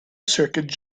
circuit